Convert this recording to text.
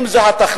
אם זו התכלית,